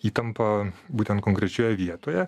įtampą būtent konkrečioje vietoje